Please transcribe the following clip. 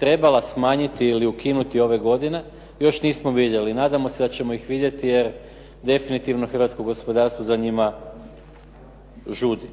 trebala smanjiti ili ukinuti ove godine, još nismo vidjeli. Nadamo se da ćemo ih vidjeti, jer definitivno hrvatsko gospodarstvo za njima žudi.